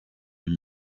les